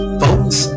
folks